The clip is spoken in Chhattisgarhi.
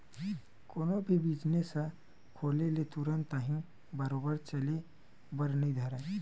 कोनो भी बिजनेस ह खोले ले तुरते ताही बरोबर चले बर नइ धरय